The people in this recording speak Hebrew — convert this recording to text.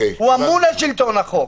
הוא אמון על שלטון החוק.